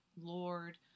Lord